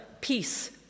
peace